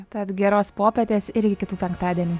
tad geros popietės ir iki kitų penktadienių